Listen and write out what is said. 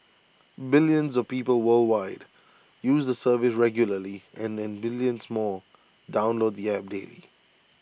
billions of people worldwide use the service regularly and and millions more download the app daily